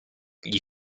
gli